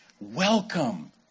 Welcome